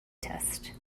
test